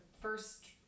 first